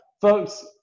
folks